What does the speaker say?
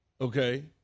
Okay